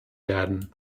werden